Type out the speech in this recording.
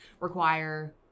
require